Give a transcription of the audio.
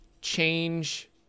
change